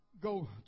go